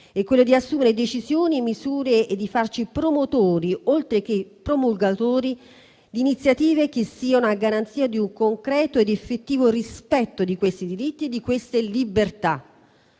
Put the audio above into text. è quello di assumere decisioni e misure e di farci promotori, oltre che promulgatori, di iniziative che siano a garanzia di un concreto ed effettivo rispetto di questi diritti e di queste libertà.